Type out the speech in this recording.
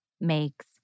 makes